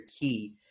key